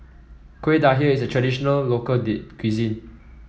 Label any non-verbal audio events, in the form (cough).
Kuih Dadar is a traditional local (unintelligible) cuisine